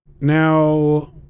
Now